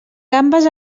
gambes